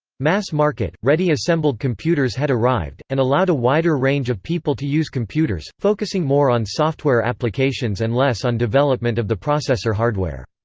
mass-market, ready-assembled computers had arrived, and allowed a wider range of people to use computers, focusing more on software applications and less on development of the processor hardware.